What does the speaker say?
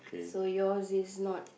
so yours is not